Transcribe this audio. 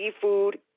seafood